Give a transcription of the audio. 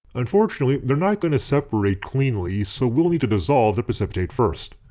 unfortunately they're not going to separate cleanly so we'll need to dissolve the precipitate first.